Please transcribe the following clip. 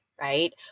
right